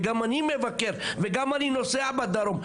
אני מבקר ואני גם נוסע בדרום.